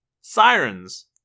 Sirens